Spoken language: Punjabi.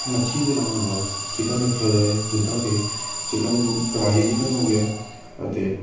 ਮੱਛੀ ਦੇ ਨਾਲ ਨਾਲ ਚਿਕਨ ਰੱਖਿਆ ਜਾਏ ਜਿੱਦਾਂ ਕਿ ਚਿਕਨ ਕੜਾਹੀ ਚਿਕਨ ਹੋ ਗਿਆ ਅਤੇ